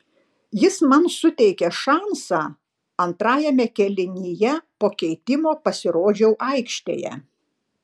jis man suteikė šansą antrajame kėlinyje po keitimo pasirodžiau aikštėje